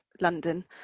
London